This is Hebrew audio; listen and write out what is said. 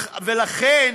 ולכן,